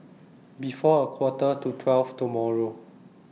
before A Quarter to twelve tomorrow